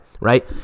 right